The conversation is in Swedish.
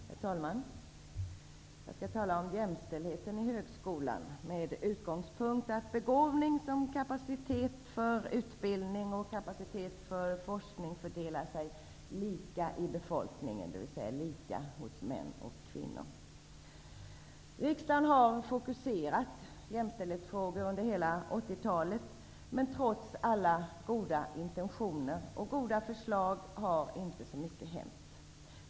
Herr talman! Jag skall tala om jämställdheten i högskolan med utgångspunkt i att begåvning som kapacitet för utbildning och forskning fördelar sig lika i befolkningen, dvs. lika hos män och kvinnor. Riksdagen har fokuserat jämställdhetsfrågor under hela 80-talet, men trots alla goda intentioner och bra förslag har inte så mycket hänt.